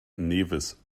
nevis